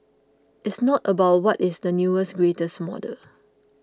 it's not about what is the newest greatest model